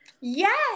Yes